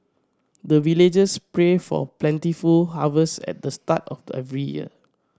the villagers pray for plentiful harvest at the start of the every year